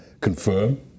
confirm